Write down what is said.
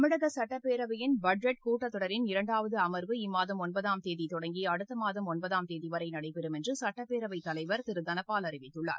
தமிழக சட்டப்பேரவையின் பட்ஜெட் கூட்டத்தொடரின் இரண்டாவது கட்டம் இம்மாதம் ஒன்பதாம் தேதி தொடங்கி அடுத்த மாதம் ஒன்பதாம் தேதி வரை நடைபெறும் என்று சட்டப்பேரவைத் தலைவா் திரு தனபால் அறிவித்துள்ளார்